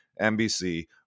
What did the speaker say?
NBC